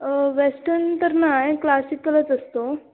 western तर नाही क्लासिकलच असतो